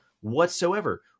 whatsoever